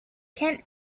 kent